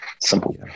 Simple